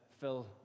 Phil